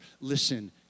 listen